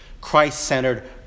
Christ-centered